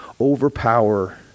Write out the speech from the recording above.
overpower